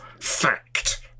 fact